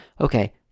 okay